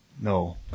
No